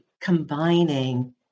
combining